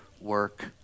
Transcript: work